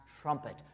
trumpet